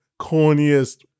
corniest